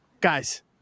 Guys